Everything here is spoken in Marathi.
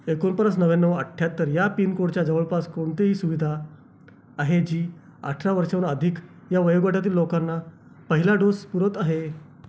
एकोणपन्नास नव्याण्णव अठ्ठ्याहत्तर या पिनकोडच्या जवळपास कोणती सुविधा आहे जी अठरा वर्षांहून अधिक या वयोगटातील लोकांना पहिला डोस पुरवत आहे